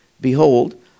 Behold